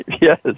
Yes